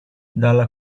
dalla